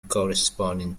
corresponding